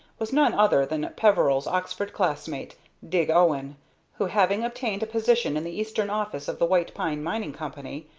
was none other than peveril's oxford classmate dig owen who, having obtained a position in the eastern office of the white pine mining company,